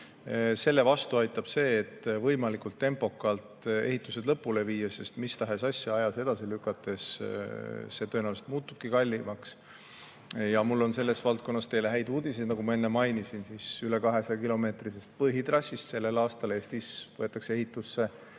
Selle vastu aitab see, et võimalikult tempokalt ehitus lõpule viia, sest mis tahes asja ajas edasi lükates see tõenäoliselt muutubki kallimaks. Mul on selles valdkonnas teile häid uudiseid. Nagu ma enne mainisin, siis üle 200‑kilomeetrisest põhitrassist võetakse sellel aastal Eestis ehitusse,